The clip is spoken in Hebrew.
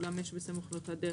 אולם יש בסמוך לאותה דרך,